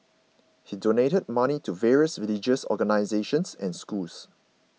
he donated money to various religious organisations and schools